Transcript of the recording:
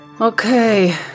Okay